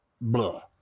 blah